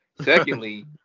Secondly